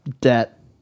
debt